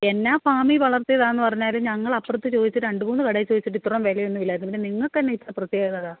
എന്നാ ഫാമിൽ വളർത്തിയതാന്ന് പറഞ്ഞാലും ഞങ്ങള് അപ്പുറത്ത് ചോദിച്ചു രണ്ടുമൂന്നു കടയിൽ ചോദിച്ചിട്ട് ഇത്രയും വിലയൊന്നും ഇല്ലായിരുന്നു പിന്നെ നിങ്ങൾക്കെന്നാ ഇത്ര പ്രത്യേകത